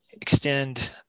extend